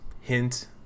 hint